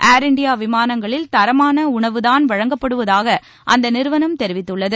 Air India விமானங்களில் தரமான உணவுதாள் வழங்கப்படுவதாக அந்த நிறுவனம் தெரிவித்துள்ளது